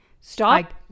Stop